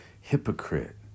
Hypocrite